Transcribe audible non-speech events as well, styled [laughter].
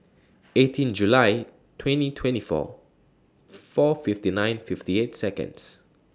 [noise] eighteen July twenty twenty four four fifty nine fifty eight Seconds